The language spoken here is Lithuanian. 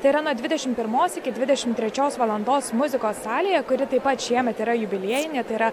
tai yra nuo dvidešimt pirmos iki dvidešimt trečios valandos muzikos salėje kuri taip pat šiemet yra jubiliejinė tai yra